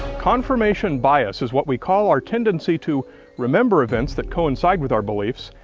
confirmation bias is what we call our tendency to remember events that coincide with our beliefs,